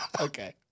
Okay